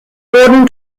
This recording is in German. wurden